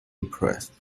impressed